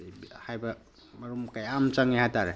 ꯍꯥꯏꯕ ꯃꯔꯝ ꯀꯌꯥ ꯑꯃ ꯆꯪꯉꯦ ꯍꯥꯏ ꯇꯥꯔꯦ